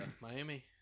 Miami